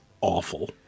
awful